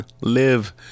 Live